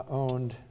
owned